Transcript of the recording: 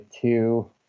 two